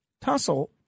tussle